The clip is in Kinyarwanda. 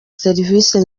serivisi